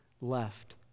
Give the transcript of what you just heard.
left